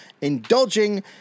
indulging